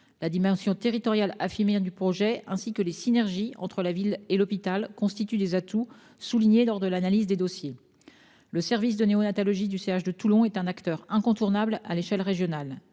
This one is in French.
La dimension territoriale affirmée du projet et les synergies entre la ville et l'hôpital constituent des atouts qui ont été soulignés lors de l'analyse des dossiers. Le service de néonatalogie du centre hospitalier de Toulon est un acteur incontournable à l'échelle régionale.